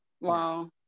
Wow